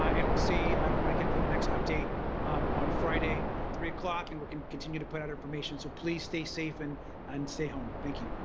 ah and see everyone again for the next update on friday at three o'clock and we continue to put out information so please stay safe and and stay home. thank you.